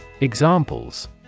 Examples